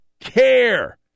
care